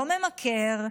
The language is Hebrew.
לא ממכר,